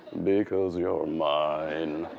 because you're mine,